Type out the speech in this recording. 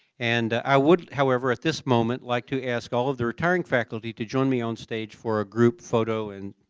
and i would however, at this moment, like to ask all of the retiring faculty to join me on stage for a group photo and